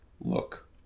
Look